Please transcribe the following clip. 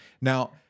Now